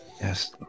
yes